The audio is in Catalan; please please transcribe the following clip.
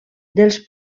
dels